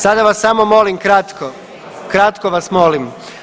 Sada vas samo molim kratko, kratko vas molim.